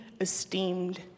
esteemed